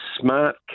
smart